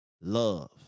love